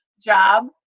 job